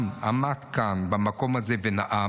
של אנואר א סאדאת, שגם עמד כאן במקום הזה ונאם.